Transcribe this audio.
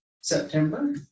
September